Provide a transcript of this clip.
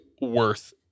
worth